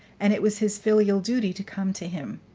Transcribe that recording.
and it was his filial duty to come to him.